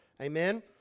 Amen